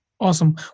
Awesome